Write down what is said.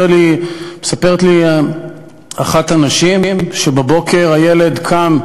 מספרת לי אחת הנשים שבבוקר הילד קם,